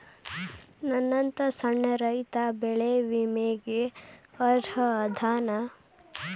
ನನ್ನಂತ ಸಣ್ಣ ರೈತಾ ಬೆಳಿ ವಿಮೆಗೆ ಅರ್ಹ ಅದನಾ?